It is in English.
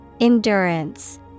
Endurance